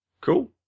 Cool